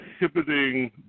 inhibiting